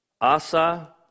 Asa